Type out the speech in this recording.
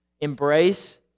embrace